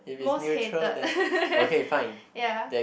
most hated ya